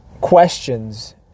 questions